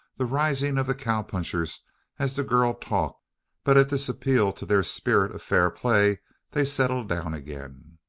the rising of the cowpunchers as the girl talked but at this appeal to their spirit of fair-play they settled down again.